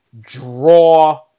draw